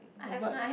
the word